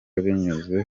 binyuze